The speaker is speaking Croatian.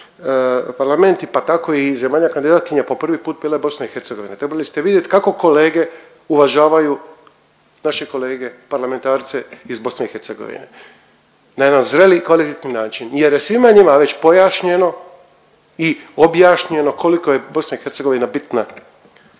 parlamenti pa tako zemalja kandidatkinja po prvi put bila je BiH. Trebali ste vidit kako kolege uvažavaju naše kolege parlamentarce iz BiH. Na jedan zreli i kvalitetni način jer svima njima već pojašnjeno i objašnjeno koliko je BiH bitna,